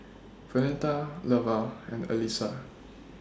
Vernetta Lavar and Allyssa